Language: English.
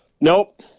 nope